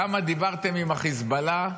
כמה דיברתם עם החיזבאללה,